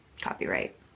copyright